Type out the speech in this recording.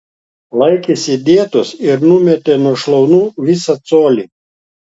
laikėsi dietos ir numetė nuo šlaunų visą colį